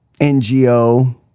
NGO